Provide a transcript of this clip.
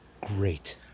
Great